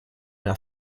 der